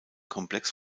komplex